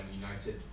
United